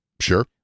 Sure